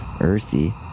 earthy